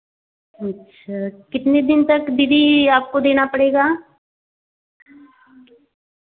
अच्छा कितने दिन तक दीदी आपको देना पड़ेगा